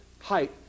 height